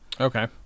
okay